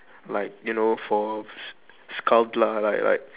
like you know for s~ scald lah like like